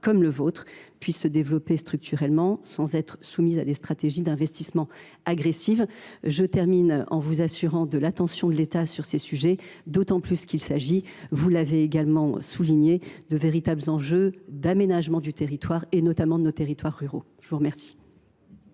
comme le vôtre puissent se développer structurellement sans être soumises à des stratégies d’investissement agressives. Je termine en vous assurant de l’attention du Gouvernement sur ces sujets, qui sont, vous l’avez également souligné, de véritables enjeux d’aménagement du territoire, notamment pour notre ruralité. La parole